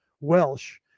Welsh